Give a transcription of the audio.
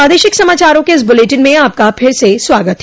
प्रादेशिक समाचारों के इस बुलेटिन में आपका फिर से स्वागत है